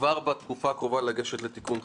כבר בתקופה הקרובה לגשת לתיקון חקיקה.